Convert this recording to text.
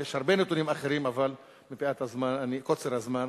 יש הרבה נתונים אחרים, אבל מפאת הזמן, קוצר הזמן,